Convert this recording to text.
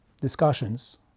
discussions